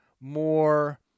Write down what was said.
more